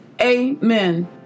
Amen